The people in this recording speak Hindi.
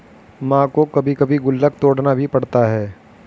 मां को कभी कभी गुल्लक तोड़ना भी पड़ता है